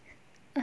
(uh huh)